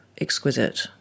exquisite